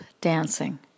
dancing